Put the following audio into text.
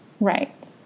Right